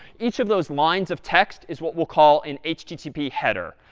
each of those lines of text is what we'll call an http header.